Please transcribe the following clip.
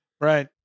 Right